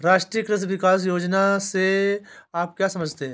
राष्ट्रीय कृषि विकास योजना से आप क्या समझते हैं?